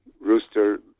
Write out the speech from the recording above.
rooster